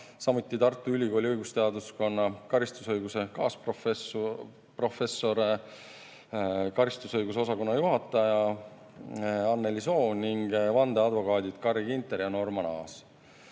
samuti Tartu Ülikooli õigusteaduskonna karistusõiguse kaasprofessor, karistusõiguse osakonna juhataja Anneli Soo ning vandeadvokaadid Carri Ginter ja Norman Aas.